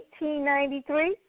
1893